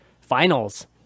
finals